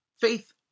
Faith